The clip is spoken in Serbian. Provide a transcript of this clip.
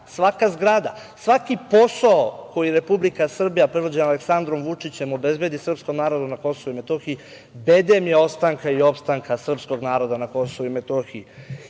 svaka zgrada, svaki posao koji Republika Srbija predvođena Aleksandrom Vučićem obezbedi srpskom narodu na KiM bedem je ostanka i opstanka srpskog naroda na KiM. I njih